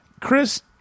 Chris